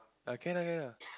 err can ah can ah